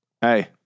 Hey